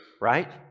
Right